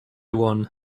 one